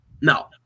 No